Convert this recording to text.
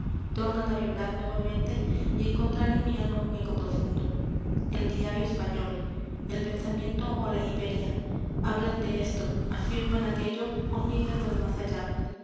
tornan á vibrar nuevamente y á encontrar en mi alma un eco profundo el diario español el pensamiento ó la iberia hablan de esto afirman aquello ó niegan lo de más allá